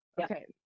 Okay